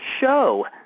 show